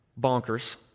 Bonkers